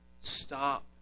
Stop